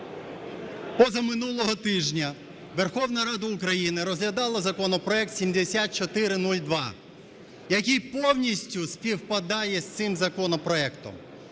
Позаминулого тижня Верховна Рада України розглядала законопроект 7402, який повністю співпадає з цим законопроектом.